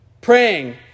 Praying